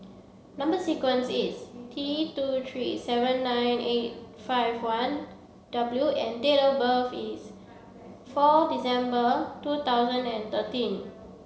number sequence is T two three seven nine eight five one W and date of birth is four December two thousand and thirteen